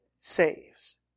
saves